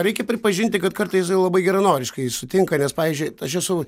reikia pripažinti kad kartais labai geranoriškai sutinka nes pavyzdžiui aš esu